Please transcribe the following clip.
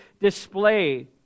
display